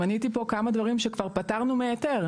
מניתי פה כמה דברים שכבר פטרנו מהיתר.